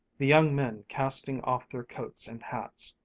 the young men casting off their coats and hats,